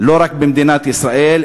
לא רק במדינת ישראל,